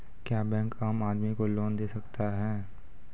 क्या बैंक आम आदमी को लोन दे सकता हैं?